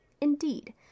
Indeed